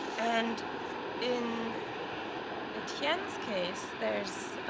and in etienne's case, there's